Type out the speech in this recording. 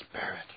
Spirit